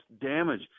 damage